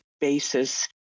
basis